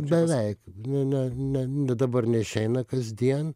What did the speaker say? beveik ne ne ne dabar neišeina kasdien